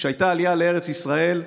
כשהייתה עלייה לארץ ישראל,